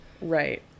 right